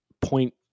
point